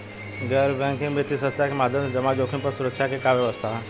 गैर बैंकिंग वित्तीय संस्था के माध्यम से जमा जोखिम पर सुरक्षा के का व्यवस्था ह?